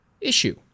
issue